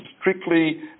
strictly